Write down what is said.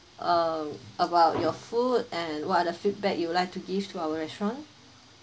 uh about your food and what are the feedback you would like to give to our restaurant